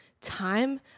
time